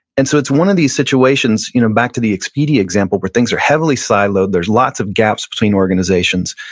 and so it's one of these situations you know back to the expedia example where things are heavily siloed, there's lots of gaps between organizations.